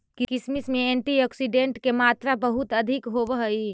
किशमिश में एंटीऑक्सीडेंट के मात्रा बहुत अधिक होवऽ हइ